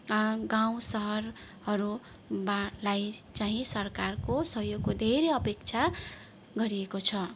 गाउँ सहरहरू बा लाई चाहिँ सरकारको सहयोगको धेरै अपेक्षा गरिएको छ